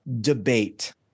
debate